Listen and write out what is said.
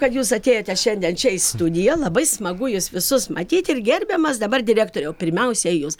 kad jūs atėjote šiandien čia į studiją labai smagu jus visus matyti ir gerbiamas dabar direktoriau pirmiausia jūs